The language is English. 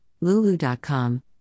Lulu.com